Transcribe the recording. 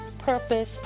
purpose